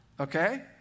Okay